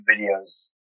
videos